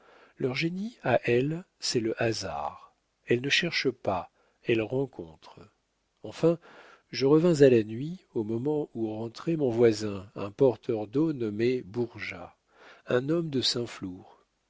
leur génie à elles c'est le hasard elles ne cherchent pas elles rencontrent enfin je revins à la nuit au moment où rentrait mon voisin un porteur d'eau nommé bourgeat un homme de saint flour